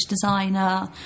designer